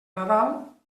nadal